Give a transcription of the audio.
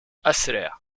أسرِع